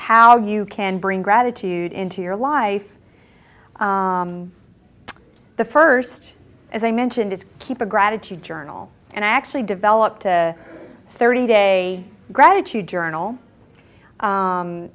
how you can bring gratitude into your life the first as i mentioned is keep the gratitude journal and i actually developed a thirty day gratitude journal